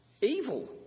evil